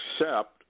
accept